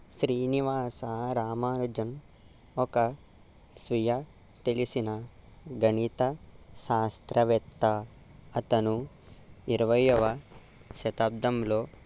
శ్రీనివాస రామానుజన్ ఒక సుయ తెలిసిన గణిత శాస్త్రవేత్త అతను ఇరవైయవ శతాబ్దంలో